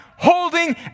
Holding